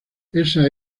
esa